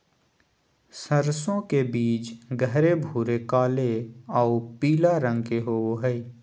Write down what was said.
सरसों के बीज गहरे भूरे काले आऊ पीला रंग के होबो हइ